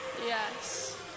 Yes